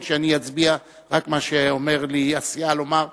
שאני אצביע רק מה שאומרת לי הסיעה לומר.